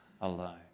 alone